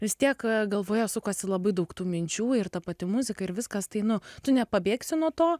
vis tiek galvoje sukasi labai daug tų minčių ir ta pati muzika ir viskas tai nu tu nepabėgsi nuo to